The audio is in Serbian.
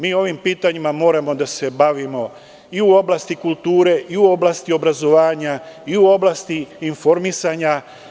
Mi ovim pitanjima moramo da se bavimo i u oblasti kulture i u oblasti obrazovanja i u oblasti informisanja.